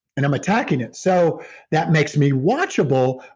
and i'm attacking it. so that makes me watchable.